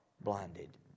blinded